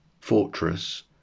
fortress